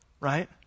right